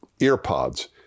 earpods